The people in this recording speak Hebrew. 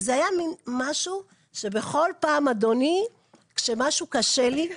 וזה היה מין משהו שבכל פעם, אדוני, כשמשהו קשה לי.